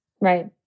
Right